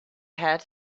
hat